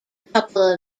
couple